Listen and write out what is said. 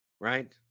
Right